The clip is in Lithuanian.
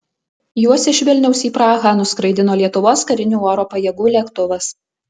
juos iš vilniaus į prahą nuskraidino lietuvos karinių oro pajėgų lėktuvas